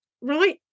right